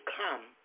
come